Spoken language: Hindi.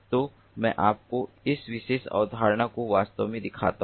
तो मैं आपको इस विशेष अवधारणा को वास्तव में दिखाता हूं